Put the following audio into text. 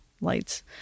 lights